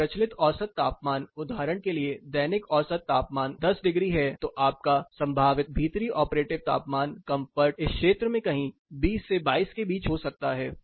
जब प्रचलित औसत तापमान उदाहरण के लिए दैनिक औसत तापमान 10 डिग्री है तो आपका संभावित भीतरी ऑपरेटिव तापमान कंफर्ट इस क्षेत्र में कहीं 20 से 22 के बीच हो सकता है